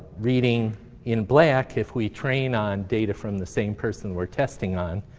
reading in black, if we train on data from the same person we're testing on.